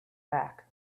back